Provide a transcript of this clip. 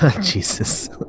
Jesus